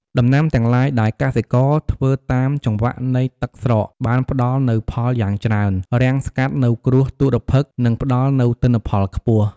ដំណាំទាំងឡាយដែលកសិករ ធ្វើតាមចង្វាក់នៃទឹកស្រកបានផ្តល់នូវផលយ៉ាងច្រើន រាំងស្កាត់នូវគ្រោះទុរ្ភិក្ស និងផ្តល់នូវទិន្នផលខ្ពស់។